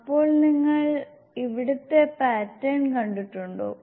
അപ്പോൾ നിങ്ങൾ ഇവിടത്തെ പാറ്റേൺ കണ്ടിട്ടുണ്ടോ